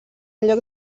lloc